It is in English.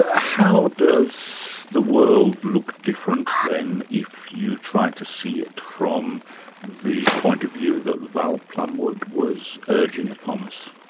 ah how does the world look different then, if you try to see it from the point of view that val plumwood was urging upon us?